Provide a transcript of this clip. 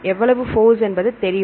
எவ்வளவு ஃபோர்ஸ் என்பது தெரியும்